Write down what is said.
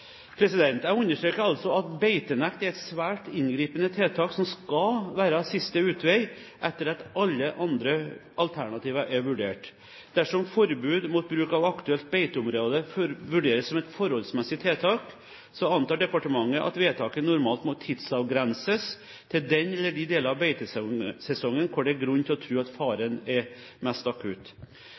Jeg understreker altså at beitenekt er et svært inngripende tiltak, som skal være siste utvei, etter at alle andre alternativer er vurdert. Dersom forbud mot bruk av et aktuelt beiteområde vurderes som et forholdsmessig tiltak, antar departementet at vedtaket normalt må tidsavgrenses til den eller de delene av beitesesongen hvor det er grunn til å tro at faren er mest akutt.